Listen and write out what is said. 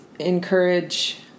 encourage